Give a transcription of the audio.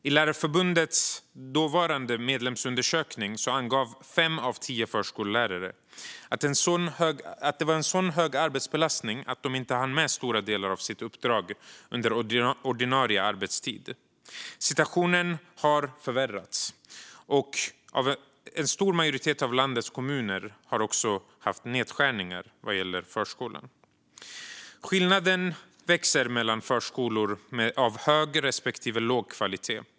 I Lärarförbundets medlemsundersökning angav fem av tio förskollärare att de har en så hög arbetsbelastning att de inte hinner med stora delar av sitt uppdrag under ordinarie arbetstid. Situationen förvärras av att en stor majoritet av landets kommuner har gjort nedskärningar i förskolan. Skillnaderna växer mellan förskolor med hög kvalitet och förskolor med låg kvalitet.